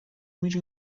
میری